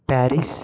Paris